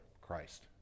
Christ